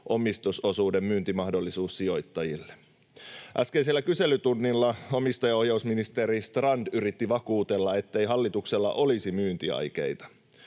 omistusosuuden myyntimahdollisuus sijoittajille. Äskeisellä kyselytunnilla omistajaohjausministeri Strand yritti vakuutella, ettei hallituksella olisi myyntiaikeita.